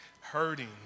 hurting